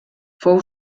fou